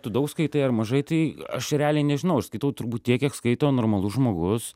tu daug skaitai ar mažai tai aš realiai nežinau aš skaitau turbūt tiek kiek skaito normalus žmogus